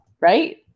Right